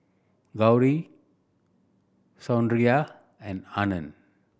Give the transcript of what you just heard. Gauri Sundaraiah and Anand